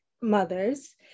mothers